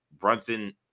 brunson